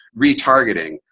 Retargeting